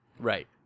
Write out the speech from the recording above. Right